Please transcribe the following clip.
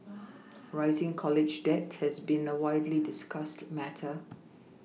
rising college debt has been a widely discussed matter